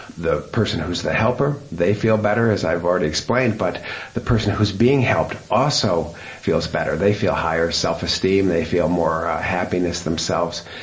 the person who is the helper, they feel better, as i've already explained, but the person who is being helped also feels better, they feel higher self-esteem, they feel more happiness themselves,